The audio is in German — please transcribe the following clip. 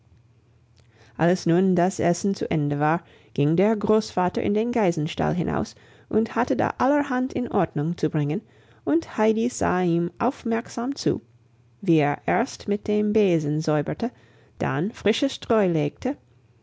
als nun das essen zu ende war ging der großvater in den geißenstall hinaus und hatte da allerhand in ordnung zu bringen und heidi sah ihm aufmerksam zu wie er erst mit dem besen säuberte dann frische streu legte